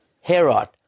Herod